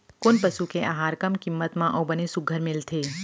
कोन पसु के आहार कम किम्मत म अऊ बने सुघ्घर मिलथे?